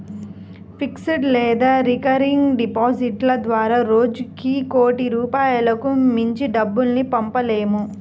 fixed లేదా recurring డిపాజిట్ల ద్వారా రోజుకి కోటి రూపాయలకు మించి డబ్బుల్ని పంపలేము